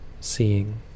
seeing